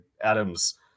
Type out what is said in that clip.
Adam's